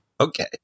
Okay